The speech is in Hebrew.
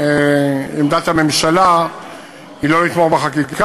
אני חושב שהנושא חשוב,